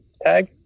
tag